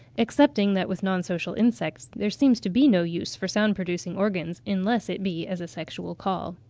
excepting that with non-social insects there seems to be no use for sound-producing organs, unless it be as a sexual call.